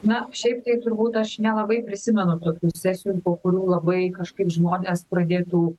na šiaip tai turbūt aš nelabai prisimenu tokių sesijų po kurių labai kažkaip žmonės pradėtų